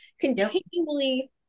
continually